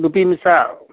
ꯅꯨꯄꯤ ꯃꯆꯥ